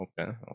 Okay